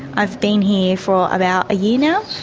i've been here for about a year now,